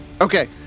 Okay